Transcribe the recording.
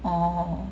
orh